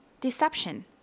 deception